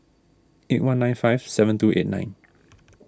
eight one nine five seven two eight nine